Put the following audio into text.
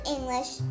English